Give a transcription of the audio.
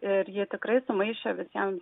ir ji tikrai sumaišė visiems